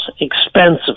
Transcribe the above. expensive